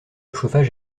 chauffage